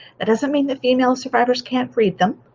that doesn't mean the female survivors can't read them